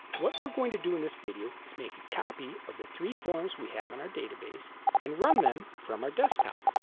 what we're going to do in this video is make a copy of the three forms we have in our database and run them from our desktop.